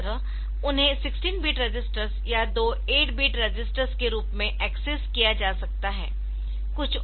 इस तरह उन्हें 16 बिट रजिस्टर्स या दो 8 बिट रजिस्टर्स के रूप में एक्सेस किया जा सकता है